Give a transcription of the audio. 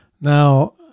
Now